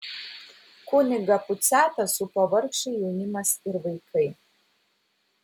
kunigą puciatą supo vargšai jaunimas ir vaikai